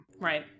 Right